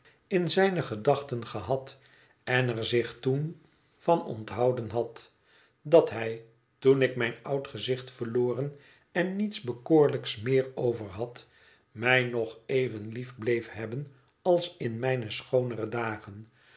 in zijne gedachten gehad en er zich toen van onthouden had dat hij toen ik mijn oud gezicht verloren en niets bekoorlijks meer over had mij nog even lief bleef hebben als in mijne schoonere dagen